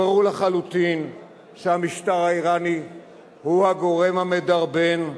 ברור לחלוטין שהמשטר האירני הוא הגורם המדרבן,